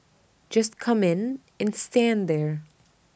just come in and stand there